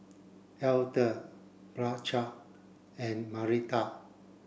Edla Blanchard and Marita